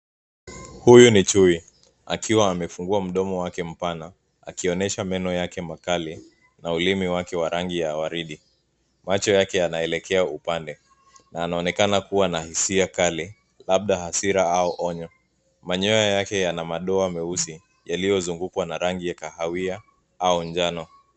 Huyo ni chui akiwaamefungua mdomo wake mpana. Akionesha meno yake makali na ulimi wake wa rangi wa waridi. Macho yake yanaelekea upande anaonekana kuwa na hisia kali labda hasira au onyo. Manyoa yake yana madoa meusi, yaliozungukwa na rangi ya kahawia au njano.